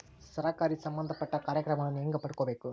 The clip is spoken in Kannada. ಸರಕಾರಿ ಸಂಬಂಧಪಟ್ಟ ಕಾರ್ಯಕ್ರಮಗಳನ್ನು ಹೆಂಗ ಪಡ್ಕೊಬೇಕು?